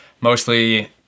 mostly